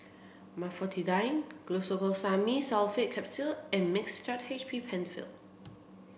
Glucosamine Sulfate Capsules and Mixtard H M Penfill